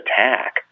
attack